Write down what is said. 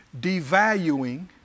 devaluing